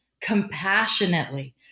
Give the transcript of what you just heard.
compassionately